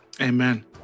Amen